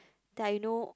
that I know